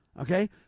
okay